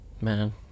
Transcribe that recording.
Man